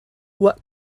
what